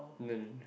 no no no no